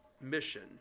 mission